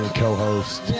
co-host